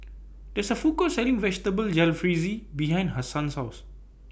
There IS A Food Court Selling Vegetable Jalfrezi behind Hassan's House